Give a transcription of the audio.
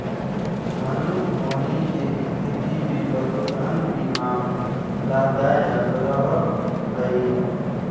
अनहोनी के स्थिति में पशुधन बीमा लाभदायक रह हई